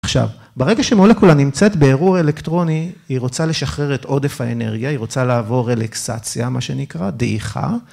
עכשיו, ברגע שמולקולה נמצאת באירוע אלקטרוני, היא רוצה לשחרר את עודף האנרגיה, היא רוצה לעבור אלקסציה, מה שנקרא, דעיכה.